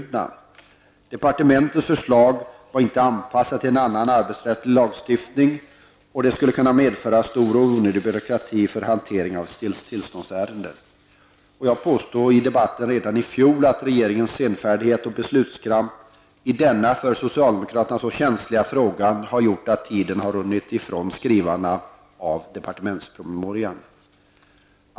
Departementets förslag var inte anpassat till en annan arbetsrättslig lagstiftning, och det skulle kunna medföra stor och onödig byråkrati vid behandlingen av tillståndsärenden. Jag påstod redan i fjol i debatten att regeringens senfärdighet och beslutskramp i denna för socialdemokraterna så känsliga fråga har gjort att tiden runnit ifrån skrivarna av departementspromemorian.